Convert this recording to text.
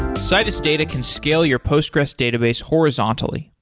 citus data can scale your postgres database horizontally.